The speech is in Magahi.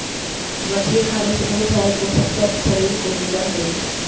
मछली खाने से बहुत सारे पोषक तत्व शरीर को मिलअ हई